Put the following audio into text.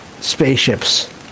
spaceships